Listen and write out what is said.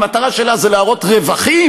המטרה שלה זה להראות רווחים?